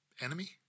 enemy